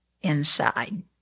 inside